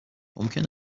ممکن